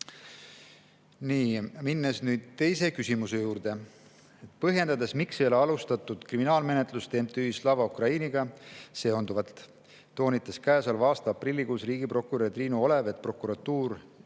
Nii, lähen nüüd teise küsimuse juurde. "Põhjendades, miks ei ole alustatud kriminaalmenetlust MTÜ Slava Ukrainiga seonduvalt, toonitas käesoleva aasta aprillikuus riigiprokurör Triinu Olev, et prokuratuur